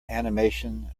animation